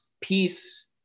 peace